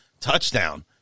touchdown